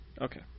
Okay